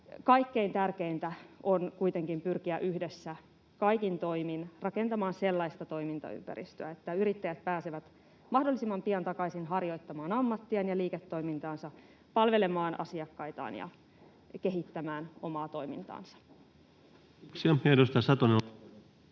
Kaikkein tärkeintä on kuitenkin pyrkiä yhdessä kaikin toimin rakentamaan sellaista toimintaympäristöä, että yrittäjät pääsevät mahdollisimman pian takaisin harjoittamaan ammattiaan ja liiketoimintaansa, palvelemaan asiakkaitaan ja kehittämään omaa toimintaansa.